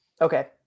Okay